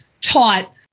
taught